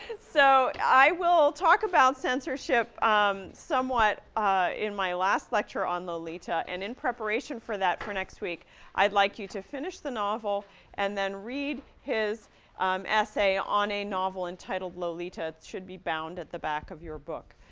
so, i will talk about censorship um somewhat ah in my last lecture on lolita, and in preparation for that, for next week i'd like you to finish the novel and then read his essay, on a novel entitled lolita. it should be bound at the back of your book.